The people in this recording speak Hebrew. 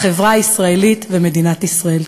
החברה הישראלית ומדינת ישראל.